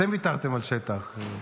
אתם ויתרתם על שטח.